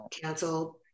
canceled